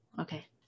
Okay